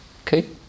okay